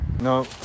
No